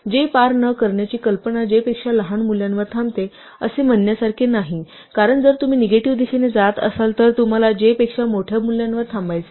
j पार न करण्याची कल्पना j पेक्षा लहान मूल्यावर थांबते असे म्हणण्यासारखे नाही कारण जर तुम्ही निगेटिव्ह दिशेने जात असाल तर तुम्हाला j पेक्षा मोठ्या मूल्यावर थांबायचे आहे